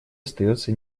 остается